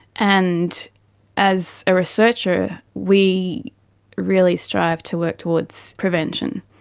and as a researcher we really strive to work towards prevention.